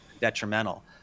detrimental